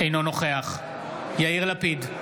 אינו נוכח יאיר לפיד,